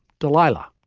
delilah.